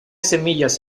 semillas